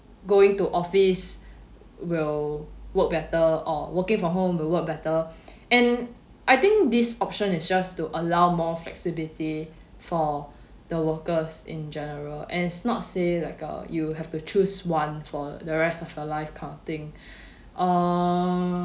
going to office will work better or working from home will work better and I think this option is just to allow more flexibility for the workers in general and is not say like a you have to choose one for the rest of your life kind of thing um